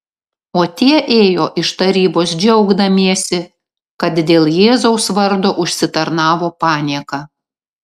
o tie ėjo iš tarybos džiaugdamiesi kad dėl jėzaus vardo užsitarnavo panieką